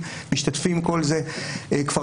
כך זה נבנה,